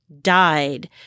died